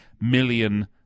million